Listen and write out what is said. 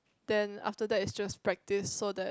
then after that it's just practice so that